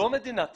לא מדינת ישראל.